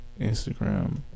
Instagram